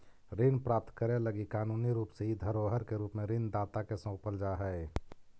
ऋण प्राप्त करे लगी कानूनी रूप से इ धरोहर के रूप में ऋण दाता के सौंपल जा हई